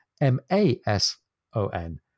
M-A-S-O-N